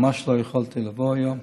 ממש לא יכולתי לבוא היום.